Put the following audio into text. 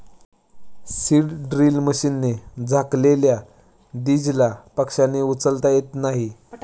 seed drill मशीनने झाकलेल्या दीजला पक्ष्यांना उचलता येत नाही